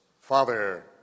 Father